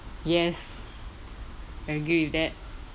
yes I agree with that